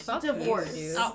Divorce